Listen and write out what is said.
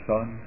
Son